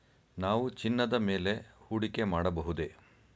ನಾವು ಚಿನ್ನದ ಮೇಲೆ ಹೂಡಿಕೆ ಮಾಡಬಹುದೇ?